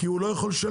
כי הוא לא יכול לשלם.